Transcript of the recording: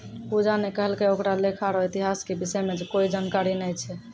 पूजा ने कहलकै ओकरा लेखा रो इतिहास के विषय म कोई जानकारी नय छै